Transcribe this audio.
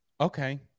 Okay